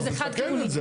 אז נתקן את זה,